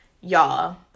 y'all